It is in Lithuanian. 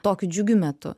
tokiu džiugiu metu